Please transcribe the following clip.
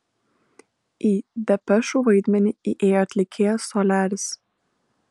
į depešų vaidmenį įėjo atlikėjas soliaris